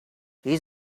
his